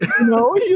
No